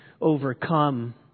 overcome